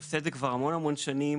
אני עושה את זה כבר המון-המון שנים.